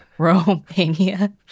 Romania